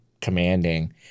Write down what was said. commanding